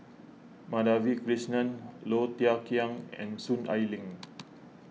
Madhavi Krishnan Low Thia Khiang and Soon Ai Ling